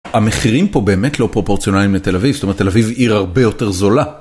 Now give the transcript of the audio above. המחירים פה באמת לא פרופורציונליים לתל אביב, זאת אומרת תל אביב עיר הרבה יותר זולה.